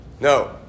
No